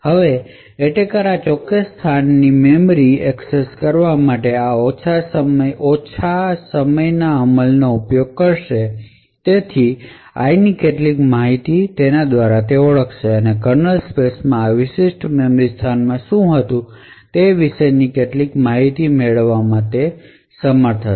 હવે એટેકર આ ચોક્કસ સ્થાનની મેમરી એક્સેસ માટે આ ઓછા અમલના સમયનો ઉપયોગ કરશે તેથી i ની કેટલીક માહિતીને ઓળખશે અને તેથી કર્નલ સ્પેસ માં આ વિશિષ્ટ મેમરી સ્થાનમાં શું હતું તે વિશેની કેટલીક માહિતી નક્કી કરવામાં સમર્થ હશે